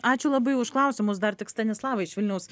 ačiū labai už klausimus dar tik stanislava iš vilniaus